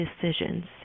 decisions